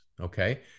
okay